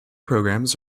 programs